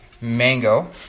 mango